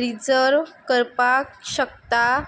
reserve करपाक शकता